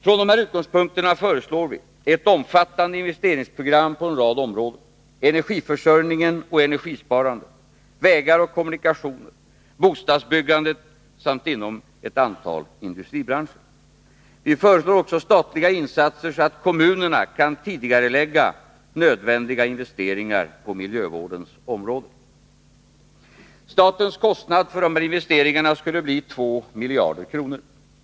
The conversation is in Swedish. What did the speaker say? Från dessa utgångspunkter föreslår vi ett omfattande investeringsprogram på en rad områden: energiförsörjningen och energisparandet, vägar och kommunikationer, bostadsbyggandet samt inom ett antal industribranscher. Vi föreslår också statliga insatser så att kommunerna kan tidigarelägga nödvändiga investeringar på miljövårdens område. Statens kostnad för dessa investeringar skulle bli 2 miljarder kronor.